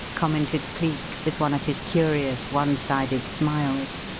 commented cleek, with one of his curious one-sided smiles.